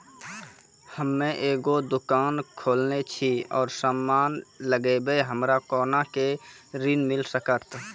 हम्मे एगो दुकान खोलने छी और समान लगैबै हमरा कोना के ऋण मिल सकत?